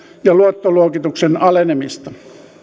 ja luottoluokituksen alenemista